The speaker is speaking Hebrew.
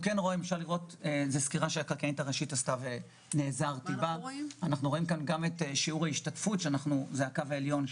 בגרף הבא רואים את שיעור ההשתתפות בשוק העבודה,